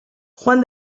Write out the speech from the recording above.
juan